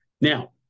Now